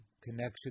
connection